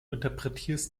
interpretierst